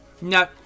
No